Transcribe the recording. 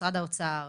משרד האוצר.